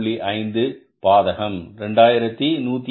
50 பாதகம் 2187